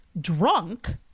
drunk